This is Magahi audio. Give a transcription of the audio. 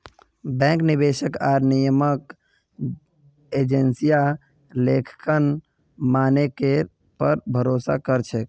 बैंक, निवेशक आर नियामक एजेंसियां लेखांकन मानकेर पर भरोसा कर छेक